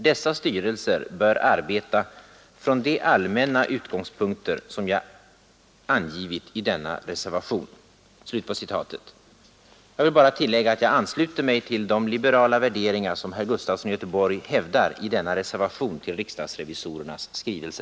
Dessa styrelser bör arbeta från de allmänna utgångspunkter som jag angivit i denna reservation.” Jag vill bara tillägga att jag ansluter mig till de liberala värderingar som herr Gustafson i Göteborg hävdar i denna reservation till riksdagsrevisorernas skrivelse.